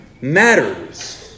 matters